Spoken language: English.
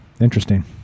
interesting